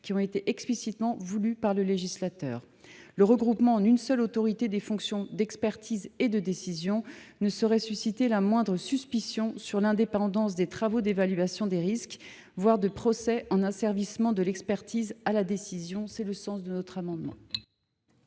qui ont été explicitement voulus par le législateur. » Le regroupement en une seule autorité des fonctions d’expertise et de décision ne saurait susciter la moindre suspicion sur l’indépendance des travaux d’évaluation des risques, voire de procès en asservissement de l’expertise à la décision. Tel est le sens de notre amendement.